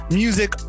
music